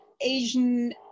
Asian